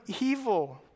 evil